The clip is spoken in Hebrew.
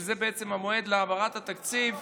שזה המועד להעברת התקציב,